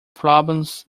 problems